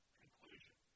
conclusion